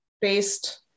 based